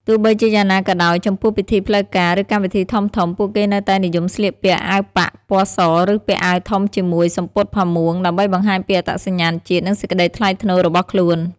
ទោះបីជាយ៉ាងណាក៏ដោយ ចំពោះពិធីផ្លូវការ ឬកម្មវិធីធំៗ ពួកគេនៅតែនិយមស្លៀកពាក់ អាវប៉ាក់ ពណ៌ស ឬពាក់អាវធំជាមួយ សំពត់ផាមួង ដើម្បីបង្ហាញពីអត្តសញ្ញាណជាតិ និងសេចក្ដីថ្លៃថ្នូររបស់ខ្លួន។